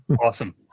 awesome